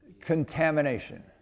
Contamination